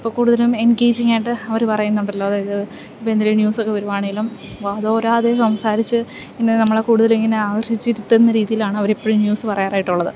ഇപ്പോൾ കൂടുതലും എൻഗേജിങ്ങായിട്ട് അവർ പറയുന്നുണ്ടല്ലോ അതായത് ഇപ്പോൾ എന്തേലും ന്യൂസൊക്കെ വരുവാണേലും വാതോരാതെ സംസാരിച്ച് ഇന്ന് നമ്മളെ കൂടുതൽ ഇങ്ങനെ ആകർഷിച്ചിരുത്തുന്ന രീതിയിലാണ് അവർ എപ്പോഴും ന്യൂസ് പറയാറായിട്ട് ഉള്ളത്